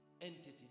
entity